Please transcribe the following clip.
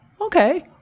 okay